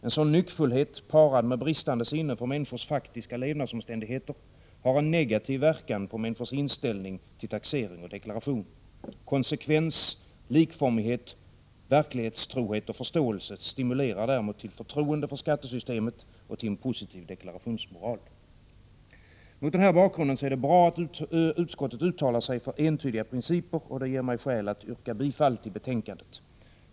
En sådan nyckfullhet parad med bristande sinne för människors faktiska levnadsomständigheter har en negativ verkan på människors inställning till taxering och deklaration. Konsekvens, likformighet, verklighetstrohet och förståelse stimulerar däremot till förtroende för skattesystemet och till en positiv deklarationsmoral. Mot denna bakgrund är det bra att utskottet uttalar sig för entydiga principer, och det ger mig skäl att yrka bifall till hemställan i betänkandet.